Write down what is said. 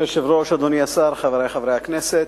אדוני היושב-ראש, אדוני השר, חברי חברי הכנסת,